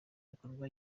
bikorwa